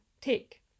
take